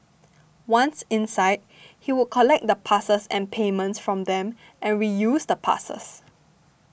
once inside he would collect the passes and payments from them and reuse the passes